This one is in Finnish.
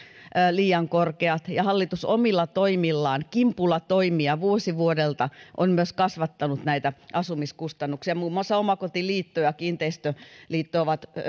liian korkeat ja hallitus omilla toimillaan kimpulla toimia vuosi vuodelta on myös kasvattanut näitä asumiskustannuksia muun muassa omakotiliitto ja kiinteistöliitto ovat